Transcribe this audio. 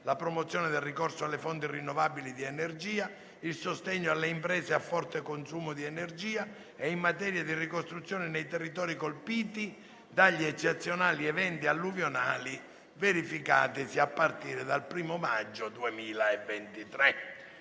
la promozione del ricorso alle fonti rinnovabili di energia, il sostegno alle imprese a forte consumo di energia e in materia di ricostruzione nei territori colpiti dagli eccezionali eventi alluvionali verificatisi a partire dal 1° maggio 2023